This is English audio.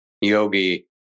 yogi